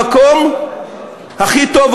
המקום הכי טוב,